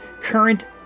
current